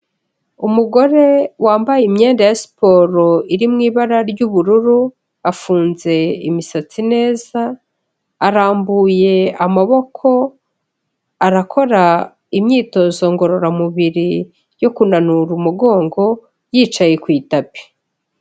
Umugore wambaye imyenda ya siporo iri mu ibara ry'ubururu afunze imisatsi neza, arambuye amaboko arakora imyitozo ngororamubiri yo kunanura umugongo yicaye ku itapi.